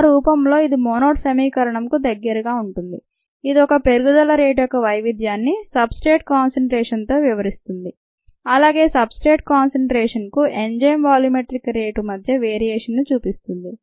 ఆ రూపంలో ఇది మోనోడ్ సమీకరణంకు దగ్గరగా ఉంటుంది ఇది ఒక పెరుగుదల రేటు యొక్క వైవిధ్యాన్ని సబ్ స్ట్రేట్ కాన్సన్ట్రేషన్తో వివరిస్తుంది అలాగే సబ్ స్ట్రేట్ కాన్సన్ట్రేషన్కు ఎంజైమ్ వాల్యూమెట్రిక్ రేటు మధ్య వేరియేషన్ను చూపిస్తుంది